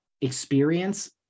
experience